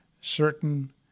certain